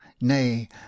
nay